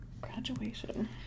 Graduation